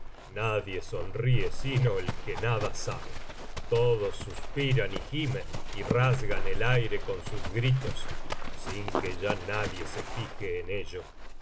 nadie sonríe sino el que nada sabe todos suspiran y gimen y rasgan el aire con sus gritos sin que ya nadie se fije en ello